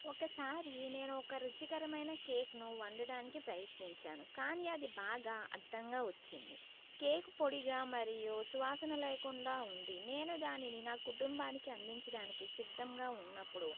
ఒకసారి నేను ఒక రుచికరమైన కేక్ ను వండడానికి ప్రయత్నంచాను కాని అది బాగా అడ్డంగా వచ్చింది కేక్ పొడిగా మరియు సువాసన లేకుండా ఉంది నేను దానిని నా కుటుంబానికి అందించ్చడానికి సిద్ధంగా ఉన్నప్పుడు